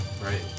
Right